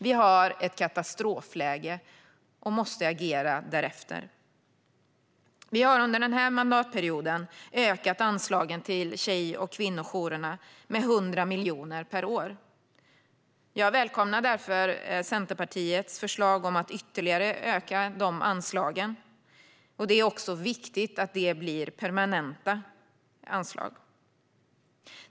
Vi har ett katastrofläge och måste agera därefter. Vi har under den här mandatperioden ökat anslagen till tjej och kvinnojourerna med 100 miljoner per år. Jag välkomnar därför Centerpartiets förslag om att ytterligare öka de anslagen. Det är också viktigt att det blir permanenta anslag.